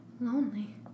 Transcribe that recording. lonely